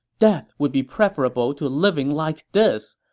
death would be preferable to living like this!